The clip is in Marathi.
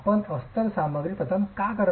आपण अस्तर सामग्री का प्रदान करता